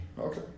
Okay